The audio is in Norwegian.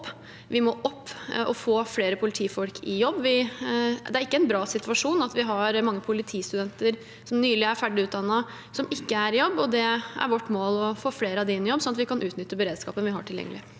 Vi må opp og få flere politifolk i jobb. Det er ikke en bra situasjon at vi har mange politistudenter som nylig er ferdigutdannet, som ikke er i jobb. Det er vårt mål å få flere av dem inn i jobb, sånn at vi kan utnytte beredskapen vi har tilgjengelig.